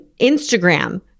Instagram